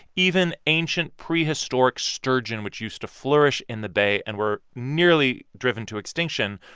even ancient, prehistoric sturgeon which used to flourish in the bay and were nearly driven to extinction,